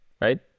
right